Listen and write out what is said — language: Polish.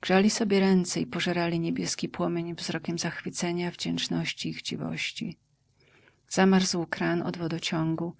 grzali sobie ręce i pożerali niebieski płomień wzrokiem zachwycenia wdzięczności i chciwości zamarzł kran od wodociągu